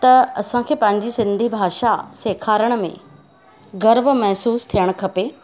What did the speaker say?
त असांखे पांहिंजी सिंधी भाषा सेखारण में गर्व महिसूसु थियणु खपे